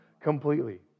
completely